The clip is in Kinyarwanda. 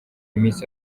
miss